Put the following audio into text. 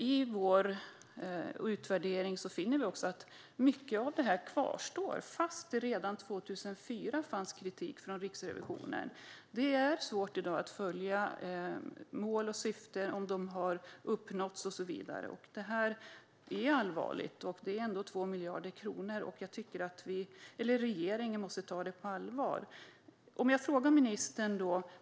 I vår utvärdering finner vi att mycket av detta kvarstår trots att det redan 2004 fanns kritik från Riksrevisionen. Det är i dag svårt att följa om mål och syfte har uppnåtts och så vidare. Det är allvarligt. Det är ändå 2 miljarder kronor, och regeringen måste ta det på allvar.